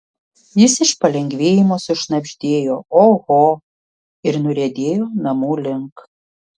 jis iš palengvėjimo sušnabždėjo oho ir nuriedėjo namų link